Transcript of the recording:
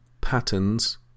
patterns